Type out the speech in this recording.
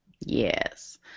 Yes